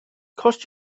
cost